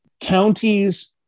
counties